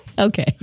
okay